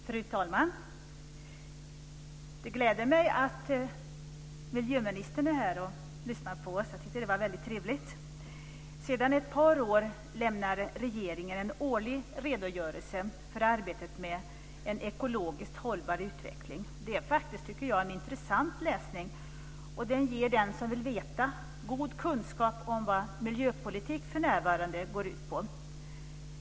Fru talman! Det gläder mig att miljöministern är här och lyssnar på oss. Jag tycker att det är väldigt trevligt. Sedan ett par år lämnar regeringen en årlig redogörelse för arbetet med en ekologiskt hållbar utveckling. Det är en intressant läsning, och det ger den som vill veta god kunskap om vad miljöpolitik för närvarande går ut på.